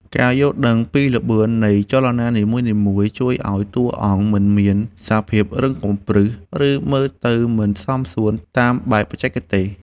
ការយល់ដឹងពីល្បឿននៃចលនានីមួយៗជួយឱ្យតួអង្គមិនមានសភាពរឹងកំព្រឹស ឬ មើលទៅមិនសមសួនតាមបែបបច្ចេកទេស។